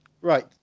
right